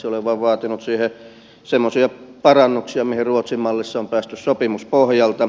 olen vain vaatinut siihen semmoisia parannuksia mihin ruotsin mallissa on päästy sopimuspohjalta